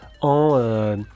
en